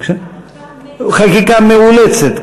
חקיקה מאולצת.